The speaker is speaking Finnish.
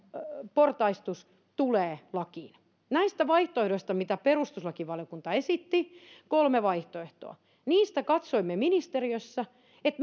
portaistus tulevat lakiin näistä vaihtoehdoista mitä perustuslakivaliokunta esitti kolme vaihtoehtoa katsoimme ministeriössä että